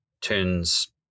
turns